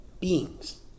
beings